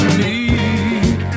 need